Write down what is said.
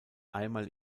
einmal